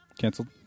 Canceled